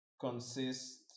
consists